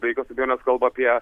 be jokios abejonės kalba apie